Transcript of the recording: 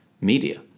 media